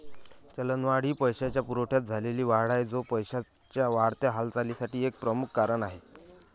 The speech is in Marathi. चलनवाढ ही पैशाच्या पुरवठ्यात झालेली वाढ आहे, जो पैशाच्या वाढत्या हालचालीसाठी एक प्रमुख कारण आहे